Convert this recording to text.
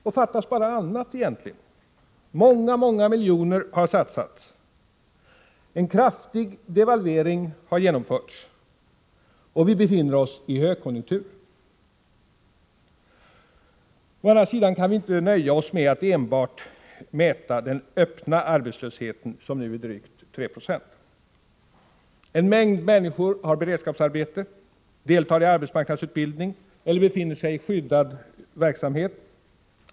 Och fattas bara annat — många, många miljoner har satsats. En kraftig devalvering har genomförts, och vi befinner oss i en högkonjunktur. Å andra sidan kan vi inte nöja oss med att mäta bara den öppna arbetslösheten, som nu är drygt 3 20. En mängd människor har beredskapsarbete, deltar i arbetsmarknadsutbildning eller befinner sig i skyddad verksamhet.